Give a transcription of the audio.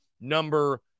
Number